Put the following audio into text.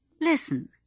Listen